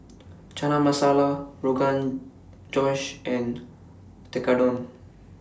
Chana Masala Rogan Josh and Tekkadon